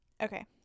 Okay